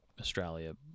Australia